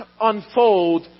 unfold